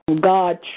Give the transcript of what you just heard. God